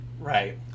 Right